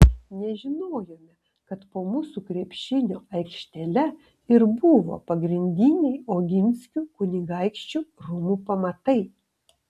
nežinojome kad po mūsų krepšinio aikštele ir buvo pagrindiniai oginskių kunigaikščių rūmų pamatai